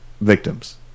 victims